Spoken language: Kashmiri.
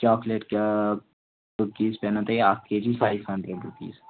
چاکلیٹ کیٛاہ کُکیٖز پٮ۪نو تۄہہِ اَکھ K G five hundred rupees